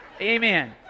amen